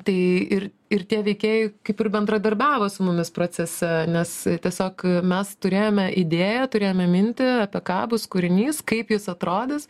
tai ir ir tie veikėjai kaip ir bendradarbiavo su mumis procese nes tiesiog mes turėjome idėją turėjome mintį apie ką bus kūrinys kaip jis atrodys